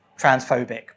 transphobic